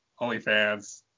OnlyFans